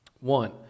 One